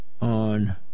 on